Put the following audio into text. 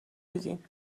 بودیم